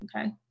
Okay